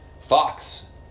Fox